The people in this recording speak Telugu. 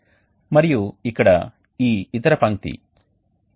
మరియు ఇక్కడ ఈ ఇతర పంక్తి ωsrt